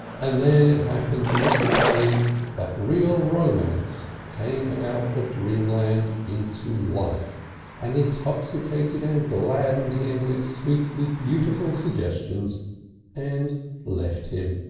and then it happened to mr. polly that real romance came out of dreamland into life and intoxicated and gladdened him with sweetly beautiful suggestions and left him.